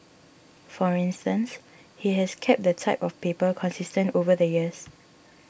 for instance he has kept the type of paper consistent over the years